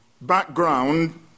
background